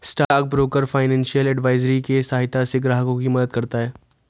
stock broker financial advisory के सहायता से ग्राहकों की मदद करता है